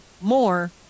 more